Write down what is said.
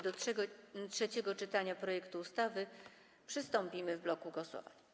Do trzeciego czytania projektu ustawy przystąpimy w bloku głosowań.